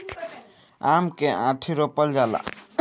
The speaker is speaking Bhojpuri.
आम के आंठी रोपल जाला